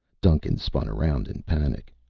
duncan spun around in panic.